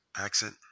Accent